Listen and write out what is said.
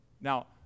Now